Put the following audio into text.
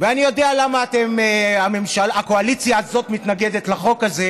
ואני יודע למה הקואליציה הזאת מתנגדת לחוק הזה,